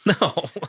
No